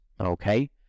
Okay